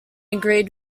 agreed